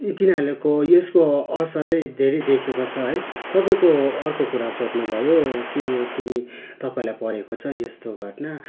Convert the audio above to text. यी तिनीहरूको यसको असरमा चाहिँ धेरै देखिएको छ है तपाईँको अर्को कुरा सोध्नुभयो कि तिमी तपाईँलाई परेको छ यस्तो घटना